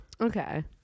Okay